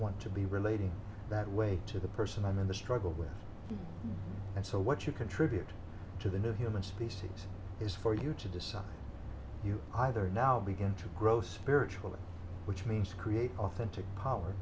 want to be relating that way to the person i'm in the struggle with and so what you contribute to the new human species is for you to decide you either now begin to grow spiritually which means create authentic power